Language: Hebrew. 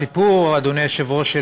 הסיפור, אדוני היושב-ראש,